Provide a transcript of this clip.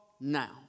Now